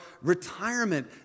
retirement